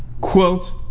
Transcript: quote